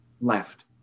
left